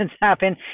happen